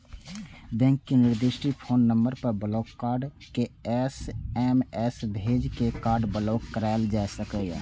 bank के निर्दिष्ट phone number पर ब्लॉक कार्ड के एस.एम.एस भेज के कार्ड ब्लॉक कराएल जा सकैए